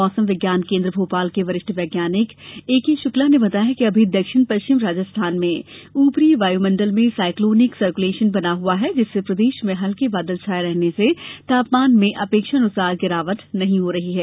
मौसम विज्ञान केन्द्र भोपाल के वरिष्ठ वैज्ञानिक ए के शुक्ला ने बताया कि अमी दक्षिण पश्चिम राजस्थान में ऊपरी वायुमंडल में साइक्लोनिक सर्कुलेशन बना हुआ है जिससे प्रदेश में हल्के बादल छाये रहने से तापमान में अपेक्षानुसार गिरावट नहीं हो रही है